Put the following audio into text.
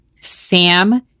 Sam